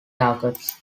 targets